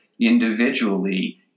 individually